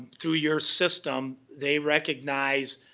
through your system, they recognize,